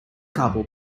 couple